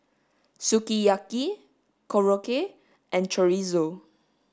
sukiyaki Korokke and chorizo